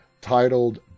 titled